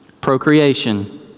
procreation